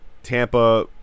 Tampa